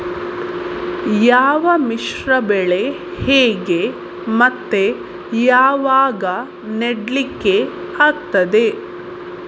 ಯಾವ ಮಿಶ್ರ ಬೆಳೆ ಹೇಗೆ ಮತ್ತೆ ಯಾವಾಗ ನೆಡ್ಲಿಕ್ಕೆ ಆಗ್ತದೆ?